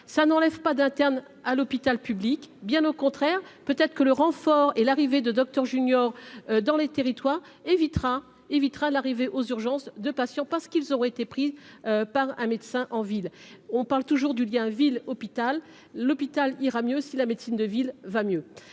ça n'enlève pas d'interne à l'hôpital public, bien au contraire, peut-être que le renfort et l'arrivée de Docteur junior dans les territoires évitera évitera l'arrivée aux urgences, de passion, parce qu'ils auraient été prises par un médecin en ville, on parle toujours du lien ville hôpital, l'hôpital ira mieux si la médecine de ville va mieux,